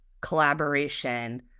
collaboration